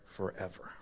forever